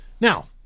Now